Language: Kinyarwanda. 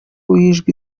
w’ijwi